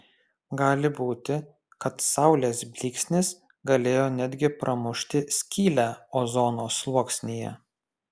gali būti kad saulės blyksnis galėjo netgi pramušti skylę ozono sluoksnyje